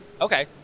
Okay